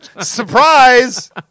surprise